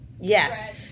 Yes